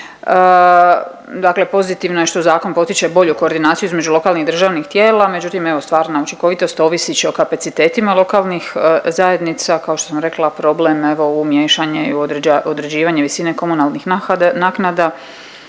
Dakle pozitivno je što zakon potiče bolju koordinaciju između lokalnih državnih tijela, međutim, evo, stvarna učinkovitost ovisit će o kapacitetima lokalnih zajednica, kao što sam rekla, problem, evo u miješanje i određivanje visine komunalnih naknada,